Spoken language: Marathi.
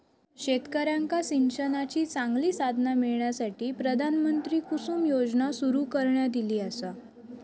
शेतकऱ्यांका सिंचनाची चांगली साधना मिळण्यासाठी, प्रधानमंत्री कुसुम योजना सुरू करण्यात ईली आसा